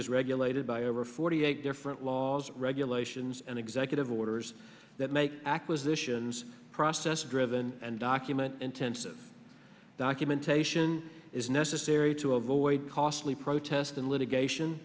is regulated by over forty eight different laws regulations and executive orders that make acquisitions process driven and document intensive documentation is necessary to avoid costly protest and litigation